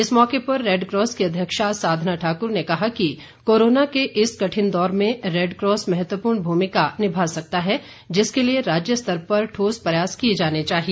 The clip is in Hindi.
इस मौके पर रेडक्रॉस की अध्यक्षा साधना ठाक्र ने कहा कि कोरोना के इस कठिन दौर में रेडक्रॉस महत्वपूर्ण भूमिका निभा सकता है जिसके लिए राज्यस्तर पर ठोस प्रयास किए जाने चाहिए